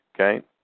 okay